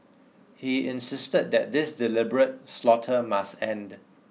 he insisted that this deliberate slaughter must end